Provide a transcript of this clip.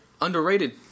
Underrated